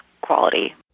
quality